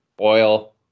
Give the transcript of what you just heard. oil